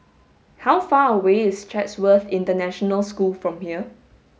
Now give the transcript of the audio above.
how far away is Chatsworth International School from here